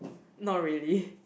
not really